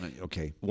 Okay